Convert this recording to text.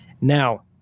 now